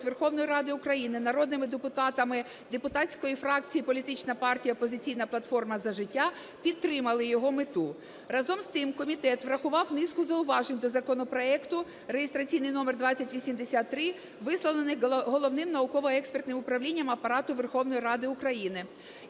Верховної Ради України народними депутатами депутатської фракції політична партія "Опозиційна платформа - За життя", підтримали його мету. Разом з тим, комітет врахував низку зауважень до законопроекту (реєстраційний номер 2083), висловлених Головним науково-експертним управлінням Апарату Верховної Ради України